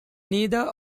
neither